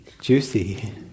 Juicy